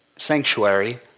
Sanctuary